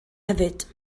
hefyd